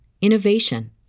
innovation